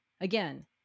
again